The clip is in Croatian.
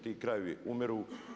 Ti krajevi umiru.